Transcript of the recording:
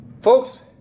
Folks